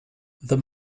the